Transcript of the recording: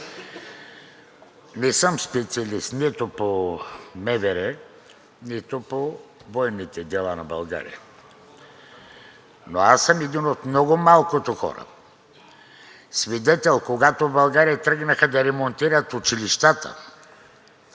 Не съм специалист нито по МВР, нито по военните дела на България, но аз съм един от много малкото хора свидетели, когато в България тръгнаха да ремонтират училищата,